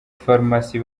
farumasi